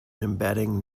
embedding